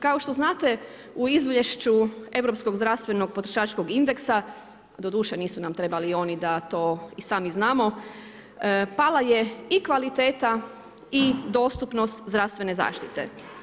Kao što znate u izvješću Europskog zdravstvenog potrošačkog indeksa, doduše nisu nam trebali oni da to i sami znamo, pala je i kvaliteta i dostupnost zdravstvene zaštite.